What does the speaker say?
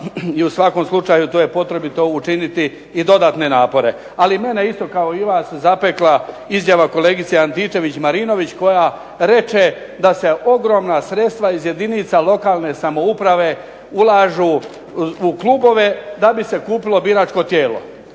i u svakom slučaju to je potrebito učiniti i dodatne napore. Ali mene je isto kao i vas zapekla izjava kolegice Antičević-Marinović koja reče da se ogromna sredstva iz jedinica lokalne samouprave ulažu u klubove da bi se kupilo biračko tijelo.